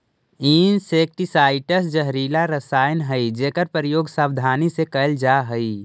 insecticides जहरीला रसायन हई जेकर प्रयोग सावधानी से कैल जा हई